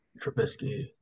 Trubisky